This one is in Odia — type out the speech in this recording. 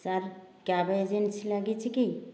ସାର୍ କ୍ୟାବ ଏଜେନ୍ସି ଲାଗିଛି କି